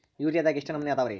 ಯೂರಿಯಾದಾಗ ಎಷ್ಟ ನಮೂನಿ ಅದಾವ್ರೇ?